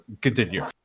Continue